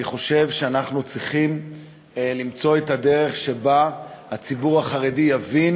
אני חושב שאנחנו צריכים למצוא את הדרך שבה הציבור החרדי יבין,